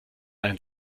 ein